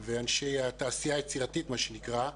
ואנשי התעשייה היצירתית, מה שנקרא.